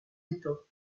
étangs